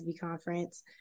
Conference